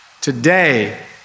Today